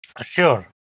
Sure